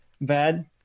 Bad